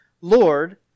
Lord